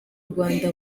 rwanda